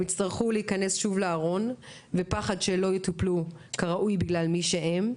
הם יצטרכו להיכנס שוב לארון ופחד שלא יטופלו כראוי בגלל מי שהם.